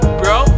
bro